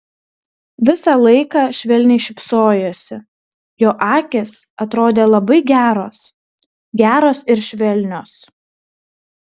visą laiką švelniai šypsojosi jo akys atrodė labai geros geros ir švelnios